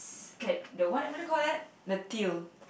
can the what what you call that the peel